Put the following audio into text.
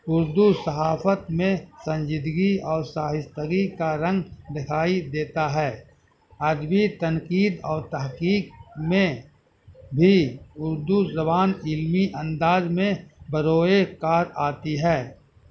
اردو صحافت میں سنجیدگی اور شائستگی کا رنگ دکھائی دیتا ہے عدبی تنقید اور تحقیق میں بھی اردو زبان علمی انداز میں بروئے کار آتی ہے